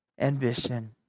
ambition